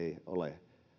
ole